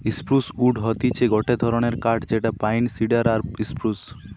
spruce wood হতিছে গটে ধরণের কাঠ যেটা পাইন, সিডার আর স্প্রুস